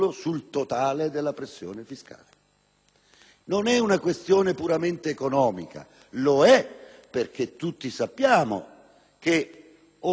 Non è una questione puramente economica; lo è perché tutti sappiamo che oltre il 40 per cento l'Europa e l'Italia crepano